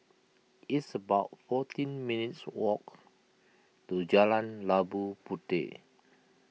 it's about fourteen minutes' walk to Jalan Labu Puteh